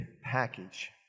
package